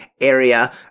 area